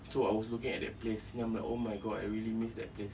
so I was looking at that place then I'm like oh my god I really miss that place